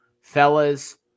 Fellas